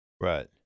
Right